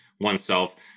oneself